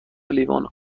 لیوان